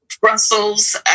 Brussels